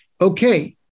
okay